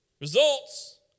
results